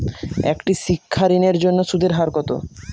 একটি শিক্ষা ঋণের জন্য সুদের হার কত?